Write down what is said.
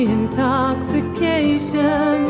intoxication